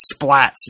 splats